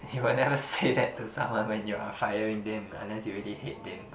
eh but then you never say that to someone when you are firing them unless you really hate them